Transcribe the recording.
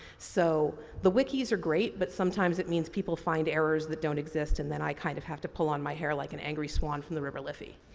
so, the wiki's are great but sometimes it means people find errors that don't exist and then i kind of like have to pull on my hair like an angry swan from the river liffey.